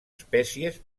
espècies